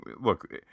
look